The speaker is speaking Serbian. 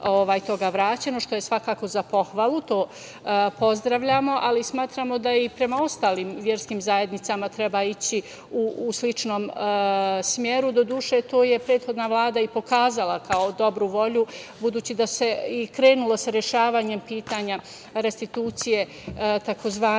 što je svakako za pohvalu. To pozdravljamo, ali smatramo da i prema ostalim verskim zajednicama treba ići u sličnom smeru. Doduše, to je prethodna Vlada i pokazala kao dobru volju, budući da se i krenulo sa rešavanjem pitanja restitucije, tzv.